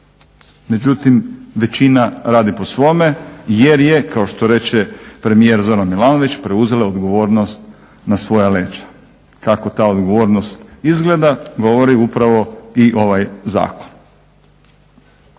međutim većina radi po svome jer je kao što reče premijer Zoran Milanović preuzela odgovornost na svoja leđa. Kako ta odgovornost izgleda govori upravo i ovaj zakon.